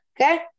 okay